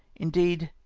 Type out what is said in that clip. indeed,